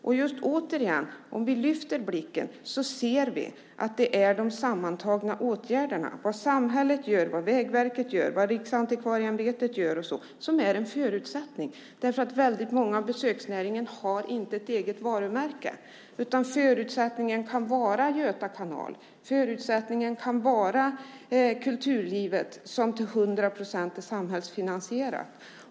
Och om vi lyfter blicken ser vi att det är de sammantagna åtgärderna - vad samhället gör, vad Vägverket gör, vad Riksantikvarieämbetet gör och så vidare - som är en förutsättning. Väldigt många inom besöksnäringen har nämligen inte ett eget varumärke, utan förutsättningen för dem kan vara Göta kanal eller kulturlivet som till hundra procent är samhällsfinansierat.